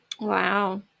Wow